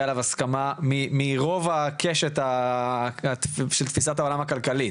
עליו הסכמה מרוב הקשת של תפיסת העולם הכלכלית.